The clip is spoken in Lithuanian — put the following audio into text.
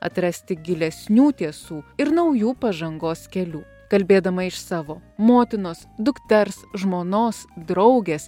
atrasti gilesnių tiesų ir naujų pažangos kelių kalbėdama iš savo motinos dukters žmonos draugės